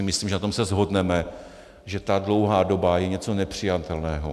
Myslím, že na tom se shodneme, že ta dlouhá doba je něco nepřijatelného.